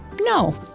no